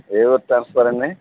ఏ ఊరు ట్రాన్సఫర్ అండి